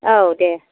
औ दे